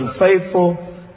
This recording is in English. unfaithful